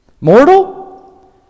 mortal